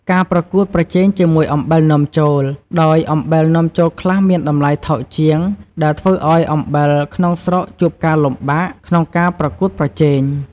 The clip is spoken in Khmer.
ការប្រកួតប្រជែងជាមួយអំបិលនាំចូល ដោយអំបិលនាំចូលខ្លះមានតម្លៃថោកជាង ដែលធ្វើឱ្យអំបិលក្នុងស្រុកជួបការលំបាកក្នុងការប្រកួតប្រជែង។